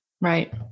Right